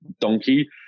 donkey